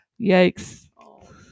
Yikes